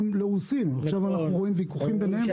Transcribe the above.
הסכמות אבל עכשיו אנחנו רואים ויכוחים ביניהם.